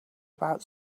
about